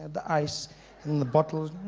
the icy and the bottles